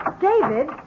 David